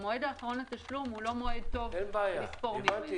שהמועד האחרון לתשלום הוא לא מועד טוב לספור ממנו.